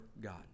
God